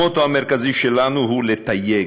המוטו המרכזי שלנו הוא לתייג,